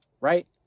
right